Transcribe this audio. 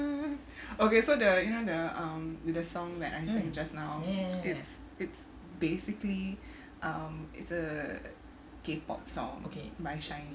okay so the you know the um with a song that I showed you just now is it's it's basically um it's a K pop song by shinee